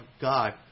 God